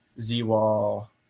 Z-Wall